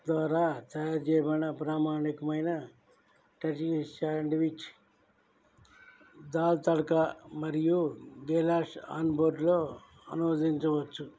ద్వారా తయారు చేయబడిన ప్రామాణికమైన టర్కీ శాండ్విచ్ దాల్ తడ్క మరియు గెలాష్ ఆన్బోర్డ్లో అనువదించవచ్చు